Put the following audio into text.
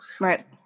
Right